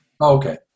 Okay